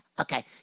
okay